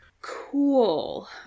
Cool